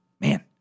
Man